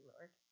Lord